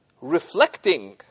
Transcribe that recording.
reflecting